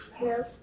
No